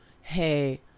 Hey